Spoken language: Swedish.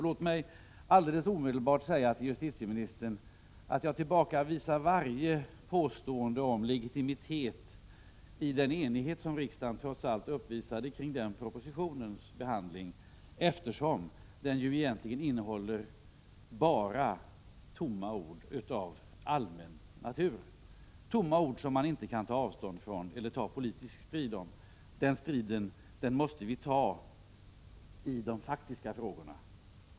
Låt mig omedelbart säga till justitieministern att jag tillbakavisar varje påstående om legitimitet grundad i den enighet som riksdagen trots allt uppvisade kring den propositionens behandling, eftersom den egentligen bara innehåller tomma ord av allmän natur — tomma ord som man inte kan ta avstånd från eller ta politisk strid om. Den striden måste vi ta i de faktiska frågorna.